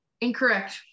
Incorrect